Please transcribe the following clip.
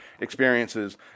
experiences